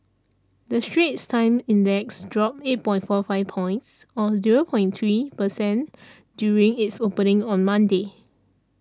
the Straits Times Index dropped eight point four five points or zero point three per cent during its opening on Monday